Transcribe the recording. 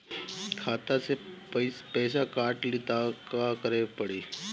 खाता से पैसा काट ली त का करे के पड़ी?